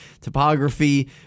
topography